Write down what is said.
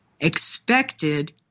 expected